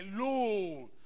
alone